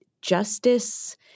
justice